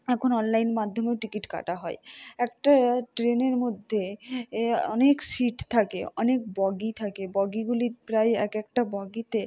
এখন অনলাইন মাধ্যমেও টিকিট কাটা হয় একটা ট্রেনের মধ্যে এ অনেক সিট থাকে অনেক বগি থাকে বগিগুলি প্রায় এক একটা বগিতে